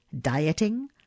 dieting